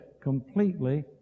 completely